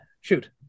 Shoot